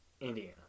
indiana